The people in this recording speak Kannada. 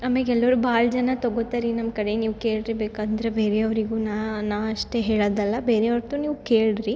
ಆಮ್ಯಾಗೆ ಎಲ್ಲರು ಭಾಳ ಜನ ತಗೊತಾರ್ರಿ ನಮ್ಮ ಕಡೆ ನೀವು ಕೇಳಿರಿ ಬೇಕಂದ್ರೆ ಬೇರೆಯವ್ರಿಗೂ ನಾ ನಾ ಅಷ್ಟೇ ಹೇಳೋದಲ್ಲ ಬೇರೆ ಅವ್ರದ್ದು ನೀವು ಕೇಳಿರಿ